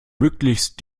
möglichst